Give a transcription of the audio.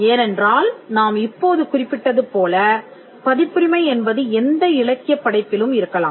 ஏனென்றால் நாம் இப்போது குறிப்பிட்டதுபோல பதிப்புரிமை என்பது எந்த இலக்கியப் படைப்பிலும் இருக்கலாம்